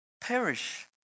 perish